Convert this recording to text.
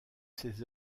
ses